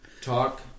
talk